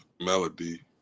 melody